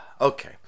Okay